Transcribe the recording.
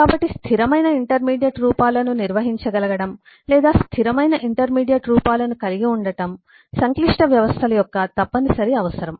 కాబట్టి స్థిరమైన ఇంటర్మీడియట్ రూపాలను నిర్వహించగలగడం లేదా స్థిరమైన ఇంటర్మీడియట్ రూపాలను కలిగి ఉండటం సంక్లిష్ట వ్యవస్థల యొక్క తప్పనిసరి అవసరం